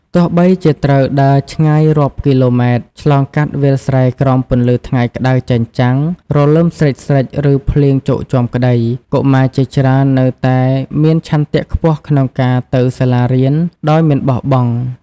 ទោះបីជាត្រូវដើរឆ្ងាយរាប់គីឡូម៉ែត្រ ឆ្លងកាត់វាលស្រែក្រោមពន្លឺថ្ងៃក្តៅចែងចាំង រលឹមស្រិចៗ ឬភ្លៀងជោកជាំក្តី កុមារជាច្រើននៅតែមានឆន្ទៈខ្ពស់ក្នុងការទៅសាលារៀនដោយមិនបោះបង់។